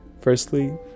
Firstly